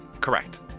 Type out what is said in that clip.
Correct